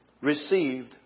received